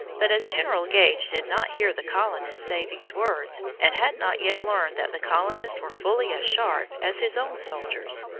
but as general gage did not hear the colonists say these words, and had not yet learned that the colonists were fully as sharp as his own soldiers,